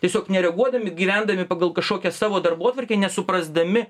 tiesiog nereaguodami gyvendami pagal kažkokią savo darbotvarkę nesuprasdami